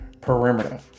perimeter